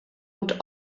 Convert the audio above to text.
und